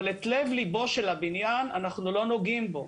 אבל את לב ליבו של הבניין אנחנו לא נוגעים בו.